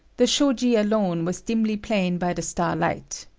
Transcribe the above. the shoji alone was dimly plain by the star light.